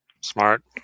Smart